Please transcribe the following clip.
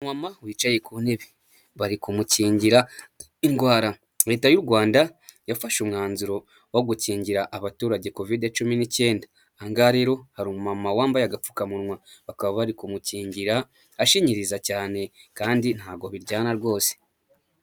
Ni umumama wicaye ku ntebe. Bari kumukingira indwara. Leta y'u Rwanda yafashe umwanzuro wo gukingira abaturage Kovide cumi n'icyenda. Aha ngaha rero hari umumama wambaye agapfukamunwa. Bakaba bari kumukingira akaba ashinyiriza cyane kandi ntago biryana rwose.